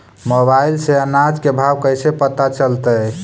Mobile से अनाज के भाव कैसे पता चलतै?